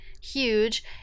huge